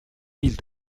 mille